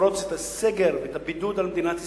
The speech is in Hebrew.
לפרוץ את הסגר ואת הבידוד על מדינת ישראל.